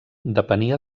depenia